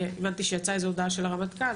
הבנתי שיצאה איזה הודעה של הרמטכ"ל,